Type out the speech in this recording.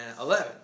eleven